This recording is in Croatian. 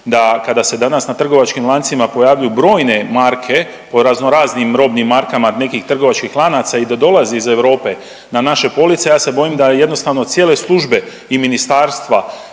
da kada se danas na trgovačkim lancima pojavljuju brojne marke po razno raznim robnim markama nekih trgovačkih lanaca i da dolazi iz Europe na naše police, ja se bojim da jednostavno cijele službe i ministarstva